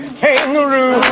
kangaroo